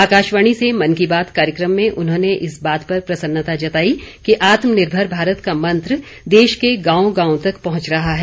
आकाशवाणी से मन की बात कार्यक्रम में उन्होंने इस बात पर प्रसन्नता जताई कि आत्मनिर्भर भारत का मंत्र देश के गांव गांव तक पहुंच रहा है